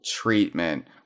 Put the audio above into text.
treatment